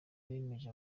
banejeje